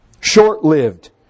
Short-lived